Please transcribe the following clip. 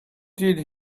did